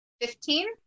Fifteen